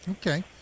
Okay